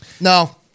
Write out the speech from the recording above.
No